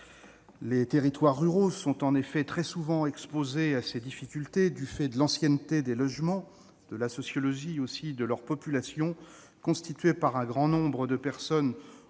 Les territoires ruraux sont en effet très souvent exposés à ces difficultés, du fait de l'ancienneté des logements et de la sociologie de leur population constituée par un grand nombre de personnes